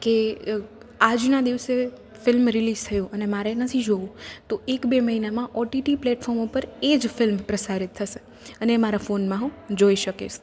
કે આજના દિવસે ફિલ્મ રીલિઝ થયું અને મારે નથી જોવું તો એક બે મહિનામાં ઓટીટી પ્લેટફોમ ઉપર એ જ ફિલ્મ પ્રસારિત થશે અને એ મારા ફોનમાં હું જોઈ શકીશ